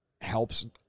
helps